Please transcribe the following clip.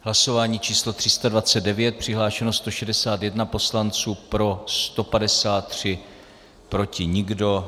Hlasování číslo 329, přihlášeno 161 poslanců, pro 153, proti nikdo.